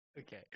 Okay